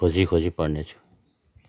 खोजी खोजी पढ्नेछु